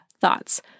thoughts